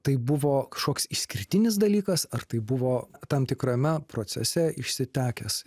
tai buvo kažkoks išskirtinis dalykas ar tai buvo tam tikrame procese išsitekęs